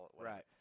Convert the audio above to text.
Right